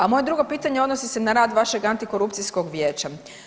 A moje drugo pitanje odnosi se na rad vašeg antikorupcijskog vijeća.